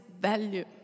value